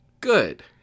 good